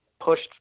pushed